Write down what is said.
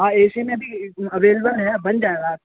ہاں A C میں بھی اویلیبل ہیں بن جائے گا